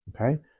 Okay